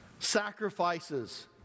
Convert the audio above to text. sacrifices